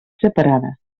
separada